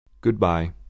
Goodbye